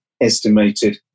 estimated